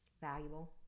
valuable